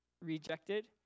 rejected